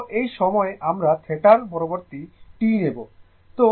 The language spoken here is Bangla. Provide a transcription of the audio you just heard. তো এই সময় আমরা θ এর পরিবর্তে T নেব